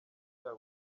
rya